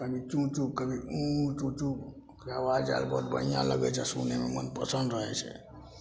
कभी चू चू कभी उ उ चू चू ओकरा आवाज आयल बहुत बढ़िआँ लगै छै सुनैमे मन प्रसन्न रहै छै